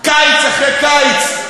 קיץ אחרי קיץ,